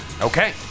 Okay